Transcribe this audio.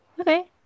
Okay